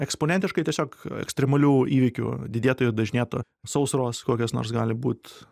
eksponentiškai tiesiog ekstremalių įvykių didėtų jie dažnėtų sausros kokios nors gali būt